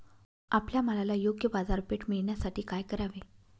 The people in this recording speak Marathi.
आपल्या मालाला योग्य बाजारपेठ मिळण्यासाठी काय करावे?